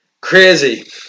Crazy